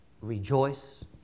rejoice